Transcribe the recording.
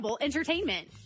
Entertainment